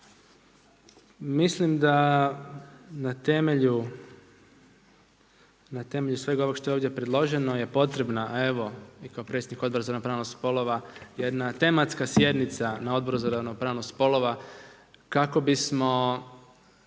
Mislim da na temelju svega ovog što je predloženo je potrebno, evo i kao predsjednik Odbora za ravnopravnost spolova jedna tematska sjednica na Odboru za ravnopravnost spolova, kako bismo